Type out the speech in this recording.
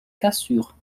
cassure